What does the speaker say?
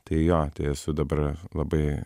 tai jo tai esu dabar labai